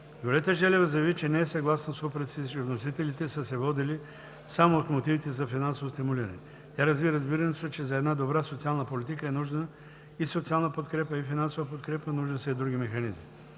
Виолета Желева заяви, че не е съгласна с упреците, че вносителите са се водили само от мотивите за финансово стимулиране. Тя разви разбирането си, че за една добра социална политика е нужна и социална подкрепа, и финансова подкрепа, нужни са и други механизми.